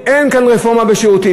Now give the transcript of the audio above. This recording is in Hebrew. בשירותים, אין כאן רפורמה בשירותים.